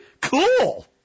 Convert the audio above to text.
Cool